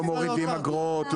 לא מורידים אגרות?